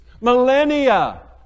millennia